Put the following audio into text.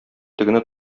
тегене